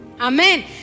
Amen